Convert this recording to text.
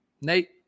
Nate